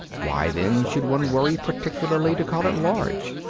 why, then, should one worry particularly to call it large?